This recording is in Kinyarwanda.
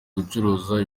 gucuruza